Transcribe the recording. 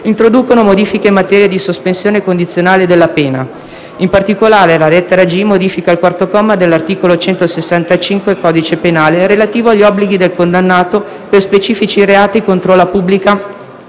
introducono modifiche in materia di sospensione condizionale della pena. In particolare, la lettera *g)* modifica il comma 4 dell'articolo 165 del codice penale relativo agli obblighi del condannato per specifici reati contro la pubblica